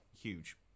huge